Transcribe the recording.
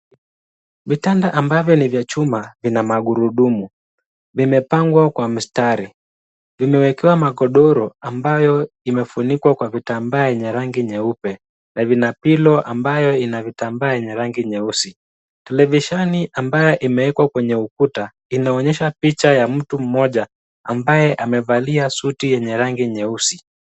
Vitanda ambavyo ni vya chuma vina magurudumu. Vimepangwa kwa mstari. Vimewekewa magodoro ambayo imefunikwa kwa vitambaa yenye rangi nyeupe na vina pillow ambayo ina vitambaa yenye rangi nyeusi. Televisheni ambaye imeekwa kwenye ukuta, inaonyesha picha ya mtu mmoja ambaye amevalia suti yenye rangi nyeusi.